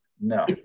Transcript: No